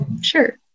Sure